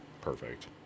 Perfect